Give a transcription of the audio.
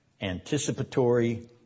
anticipatory